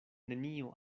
nenio